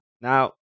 now